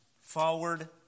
forward